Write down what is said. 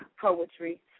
poetry